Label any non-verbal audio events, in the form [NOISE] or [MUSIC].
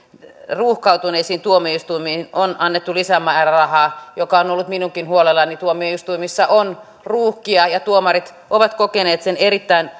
ruuhkautuneisiin tuomioistuimiin on annettu lisämäärärahaa mikä on ollut minunkin huolenani tuomioistuimissa on ruuhkia ja tuomarit ovat kokeneet sen erittäin [UNINTELLIGIBLE]